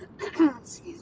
Excuse